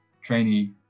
trainee